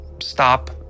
stop